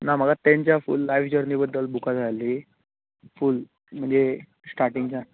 ना म्हाका तांच्या लाइफ जर्नी बद्दल बुकां जाय आसलीं फूल म्हणजे स्टार्टिंगच्यान